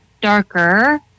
darker